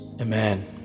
Amen